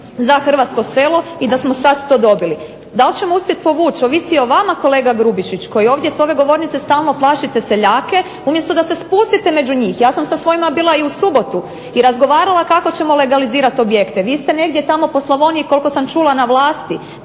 za hrvatsko selo i da smo sad to dobili. Dal ćemo uspjet povući ovisi o vama, kolega Grubišić, koji ovdje s ove govornice stalno plašite seljake umjesto da se spustite među njih. Ja sam sa svojima bila i u subotu i razgovarala kako ćemo legalizirat objekte. Vi ste negdje tamo po Slavoniji koliko sam čula na vlasti,